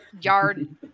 yard